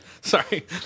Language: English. Sorry